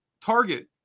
target